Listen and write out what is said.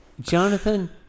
Jonathan